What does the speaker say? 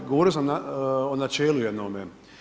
Govorio sam o načelu jednome.